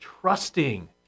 trusting